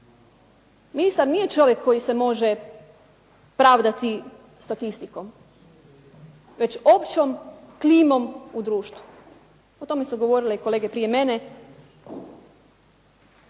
Ministar nije čovjek koji se može pravdati statistikom već općom klimom u društvu. O tome su govorile kolege prije mene.